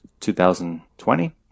2020